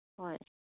ꯍꯣꯏ